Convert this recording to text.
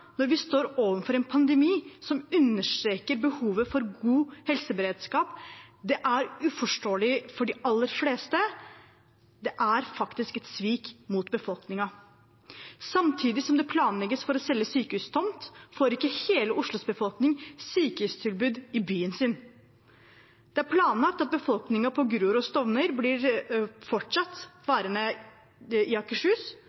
når vi står overfor en pandemi som understreker behovet for god helseberedskap, er uforståelig for de aller fleste. Det er faktisk et svik mot befolkningen. Samtidig som det planlegges for å selge sykehustomten, får ikke hele Oslos befolkning sykehustilbud i byen sin. Det er planlagt at befolkningen på Grorud og Stovner fortsatt blir